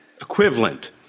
equivalent